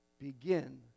Begin